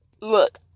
look